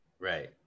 right